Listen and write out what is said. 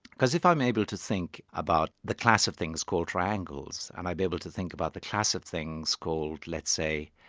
because if i'm able to think about the class of things called triangles, and i'd be able to think about the class of things called, let's say,